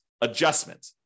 adjustment